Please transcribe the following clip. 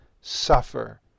suffer